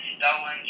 stolen